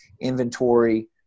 Inventory